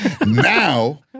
Now